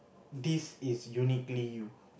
this is uniquely you